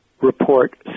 report